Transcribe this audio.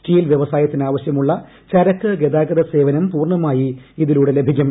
steel വ്യവസായത്തിന് ആവശ്യമുള്ള ചരക്ക് ഗതാഗതം സേവനം പൂർണ്ണമായി ഇതിലൂടെ ലഭിക്കും